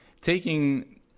taking